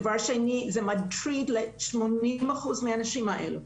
דבר שני, זה מטריד 80% מהאנשים הללו.